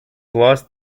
lost